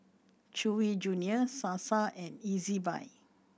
Chewy Junior Sasa and Ezbuy